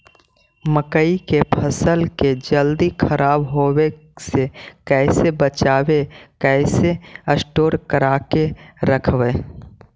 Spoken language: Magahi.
मकइ के फ़सल के जल्दी खराब होबे से कैसे बचइबै कैसे स्टोर करके रखबै?